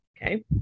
Okay